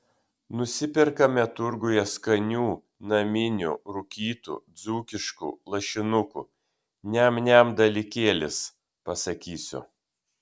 nusiperkame turguje skanių naminių rūkytų dzūkiškų lašinukų niam niam dalykėlis pasakysiu